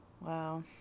wow